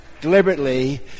deliberately